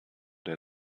der